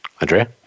Andrea